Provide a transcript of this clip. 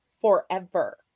forever